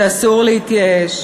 שאסור להתייאש.